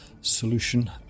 solution